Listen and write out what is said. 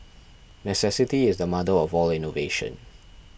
necessity is the mother of all innovation